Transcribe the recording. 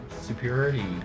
superiority